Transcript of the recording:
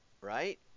right